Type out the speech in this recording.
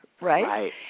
right